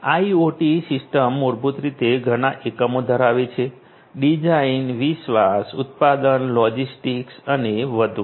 IoT system મૂળભૂત રીતે ઘણા એકમો ધરાવે છે ડિઝાઇન વિકાસ ઉત્પાદન લોજિસ્ટિક્સ અને વધુ